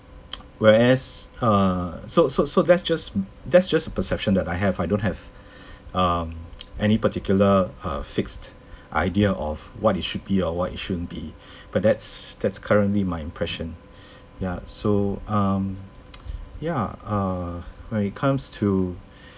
whereas err so so so that's just that's just the perception that I have I don't have um any particular uh fixed idea of what it should be or what it shouldn't be but that's that's currently my impression ya so um ya err when it comes to